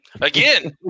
Again